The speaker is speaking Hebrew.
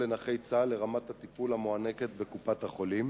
לנכי צה"ל לרמת הטיפול המוענקת בקופת-חולים?